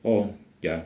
oh ya